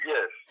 Yes